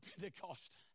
Pentecost